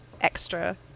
extra